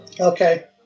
Okay